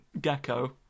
gecko